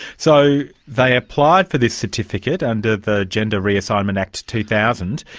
so, they applied for this certificate, under the gender reassignment act two thousand,